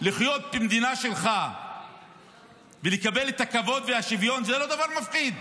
לחיות במדינה שלך ולקבל את הכבוד והשוויון זה לא דבר מפחיד.